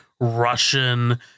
Russian